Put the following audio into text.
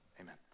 amen